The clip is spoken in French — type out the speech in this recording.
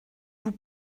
vous